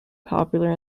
popular